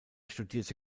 studierte